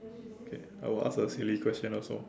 okay I will ask a silly question also